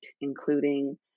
including